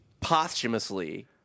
posthumously